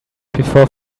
before